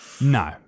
No